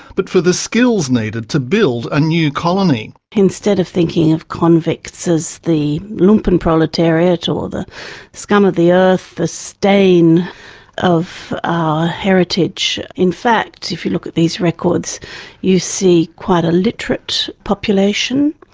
but for the skills needed to build a new colony. instead of thinking of convicts as the lumpenproletariat or the scum of the earth, the stain of our heritage, in fact if you look at these records you see quite a literate population,